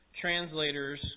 translators